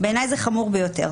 בעיניי זה חמור ביותר.